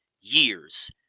years